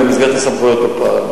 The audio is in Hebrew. במסגרת הסמכויות הוא פעל.